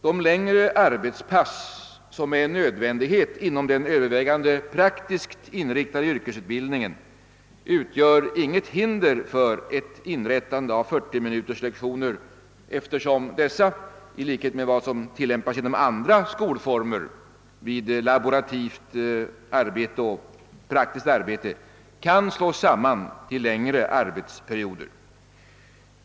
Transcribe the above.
De längre arbetspass som är en nödvändighet inom den övervägande praktiskt inriktade yrkesutbildningen utgör inget hinder för inrättande av 40 minuterslektioner, eftersom dessa i likhet med vad som tillämpas inom andra skolformer vid laborativt och praktiskt arbete kan slås samman till längre arbetsperioder.